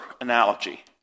analogy